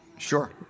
Sure